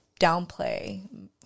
downplay